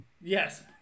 Yes